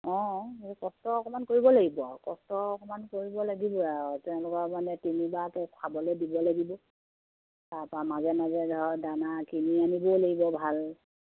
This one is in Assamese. অঁ এই কষ্ট অকণমান কৰিব লাগিব আৰু কষ্ট অকণমান কৰিব লাগিব আৰু তেওঁলোকৰ মানে তিনিবাৰ খাবলৈ দিব লাগিব তাৰপৰা মাজে মাজে ধৰক দানা কিনি আনিবও লাগিব ভাল